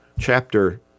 chapter